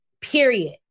period